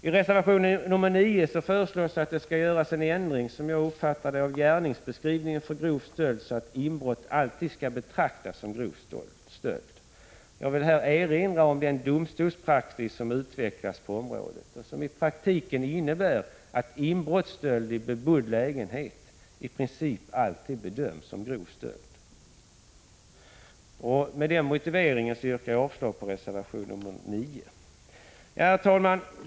I reservation 9 föreslås att det, som jag uppfattat det, skall göras en ändring av gärningsbeskrivningen för grov stöld, så att inbrott alltid skall betraktas som grov stöld. Jag vill här erinra om att den domstolspraxis som utvecklas på området innebär att inbrottsstöld i en bebodd lägenhet i princip alltid bedöms som grov stöld. Med denna motivering yrkar jag avslag på reservation 9. Herr talman!